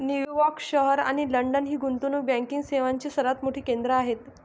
New York शहर आणि London ही गुंतवणूक बँकिंग सेवांची सर्वात मोठी केंद्रे आहेत